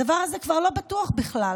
הדבר הזה כבר לא בטוח בכלל.